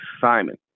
Simon